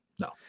no